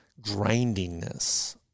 grindingness